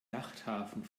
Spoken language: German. yachthafen